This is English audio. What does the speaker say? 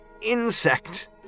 insect